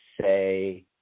say